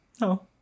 No